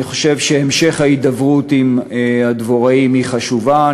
אני חושב שהמשך ההידברות עם הדבוראים היא חשובה,